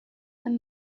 and